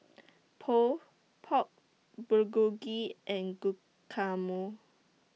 Pho Pork Bulgogi and Guacamole